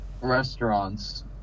restaurants